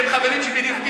שהם חברים של מדינת ישראל,